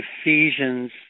Ephesians